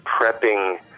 prepping